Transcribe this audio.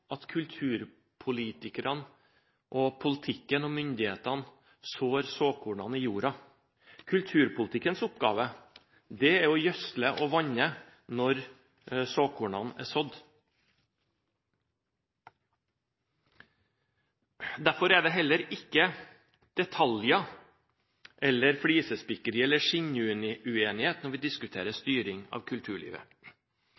at kulturpolitikerne, politikken og myndighetene setter såkornene i jorda. Kulturpolitikkens oppgave er å gjødsle og vanne når såkornene er sådd. Derfor er det heller ikke detaljer, flisespikkeri eller skinnuenighet når vi diskuterer